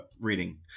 reading